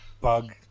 bug